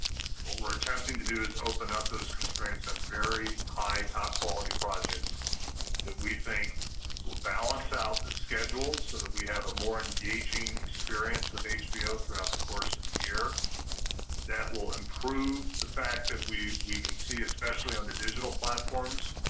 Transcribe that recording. and what we're attempting to do is open up those constraints on and very high top quality projects that we think will balance out the schedule so that we have a more engaging experience with hbo throughout the course of the year that will improve the fact that we we can see especially on the digital platforms,